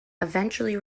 eventually